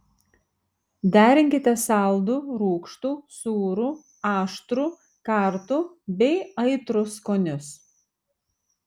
derinkite saldų rūgštų sūrų aštrų kartų bei aitrų skonius